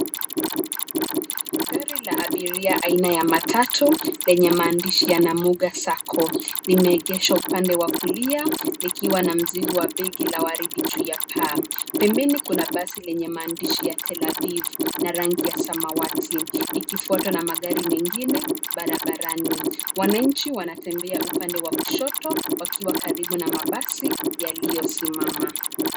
Gari la abiria aina ya matatu lenye maandishi ya Namuga Sacco. Nimeegesha upande wa kulia nikiwa na mzigo wa begi la waridi juu ya paa. Pembeni kuna basi lenye maandishi ya Telaviv na rangi ya samawati, ikifuatwa na magari mengine barabarani. Wananchi wanatembea upande wa kushoto wakiwa karibu na mabasi yaliyosimama.